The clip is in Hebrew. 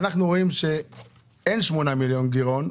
אנחנו רואים שאין 8 מיליון שקל גירעון,